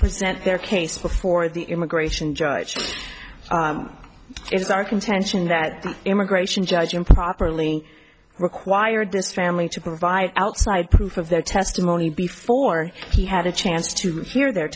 present their case before the immigration judge it's our contention that the immigration judge improperly required this family to provide outside proof of their testimony before he had a chance to hear their